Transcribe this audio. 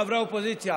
חברי האופוזיציה,